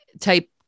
type